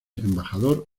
embajador